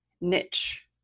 niche